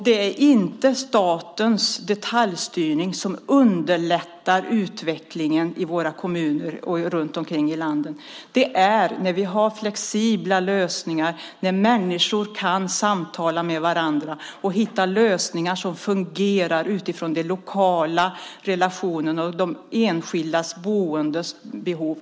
Det är inte statens detaljstyrning som underlättar utvecklingen i våra kommuner runt om i landet. Det gör flexibla lösningar, när människor kan samtala med varandra och hitta lösningar som fungerar utifrån lokala relationer och de enskilda boendes behov.